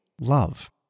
love